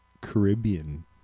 Caribbean